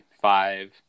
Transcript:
five